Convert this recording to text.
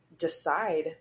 decide